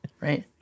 right